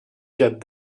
get